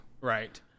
right